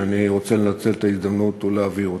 ואני רוצה לנצל את ההזדמנות ולהבהיר אותן.